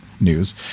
news